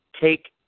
take